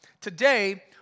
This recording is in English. today